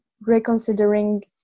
reconsidering